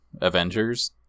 avengers